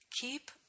Keep